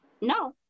No